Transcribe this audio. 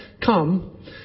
come